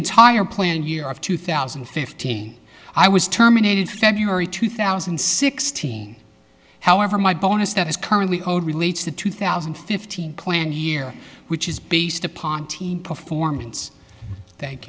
entire plan year of two thousand and fifteen i was terminated february two thousand and sixteen however my bonus that is currently owed relates to two thousand and fifteen plan year which is based upon team performance thank